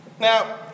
Now